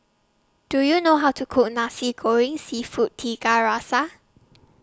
Do YOU know How to Cook Nasi Goreng Seafood Tiga Rasa